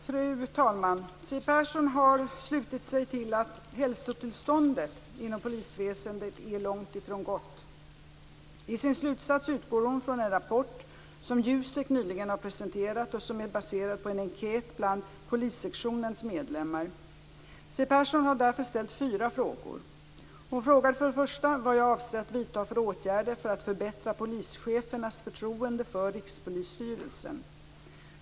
Fru talman! Siw Persson har slutit sig till att "hälsotillståndet inom polisväsendet är långt ifrån gott". I sin slutsats utgår hon från en rapport som JUSEK nyligen har presenterat och som är baserad på en enkät bland polissektionens medlemmar. Siw Persson har därför ställt fyra frågor. Hon frågar för det första vad jag avser att vidta för åtgärder för att förbättra polischefernas förtroende för Rikspolisstyrelsen.